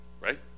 right